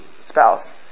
spouse